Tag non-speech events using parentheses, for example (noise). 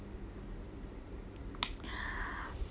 (noise)